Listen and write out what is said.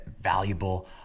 valuable